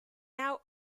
now